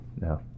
No